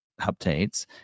updates